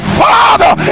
father